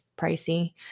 pricey